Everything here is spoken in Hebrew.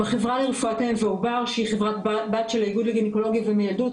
בחברה לרפואת אם ועובר שהיא חברת בת של איגוד לגניקולוגים ומיילדות,